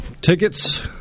Tickets